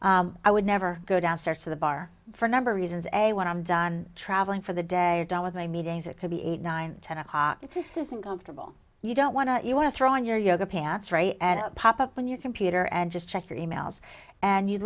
women i would never go downstairs to the bar for a number of reasons a when i'm done traveling for the day or done with my meetings it could be eight nine ten o'clock it just isn't comfortable you don't want to you want to throw in your yoga pants ray and pop up on your computer and just check your e mails and you